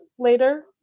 later